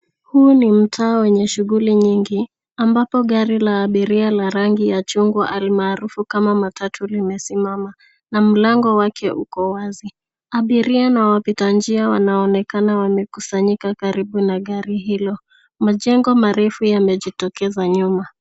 Huu ni mtaa wenye shughuli nyingi, ambapo gari la abiria la rangi ya chungwa, almaarufu kama matatu limesimama, na mlango wake uko wazi. Abiria na wapita njia wanaonekana wamekusanyika karibu na gari hiyo. Majengo marefu yamejitokeza nyuma.